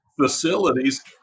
facilities